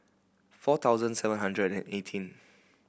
four thousand seven hundred and eighteen